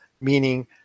meaning